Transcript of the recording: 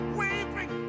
weeping